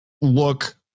look